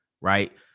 right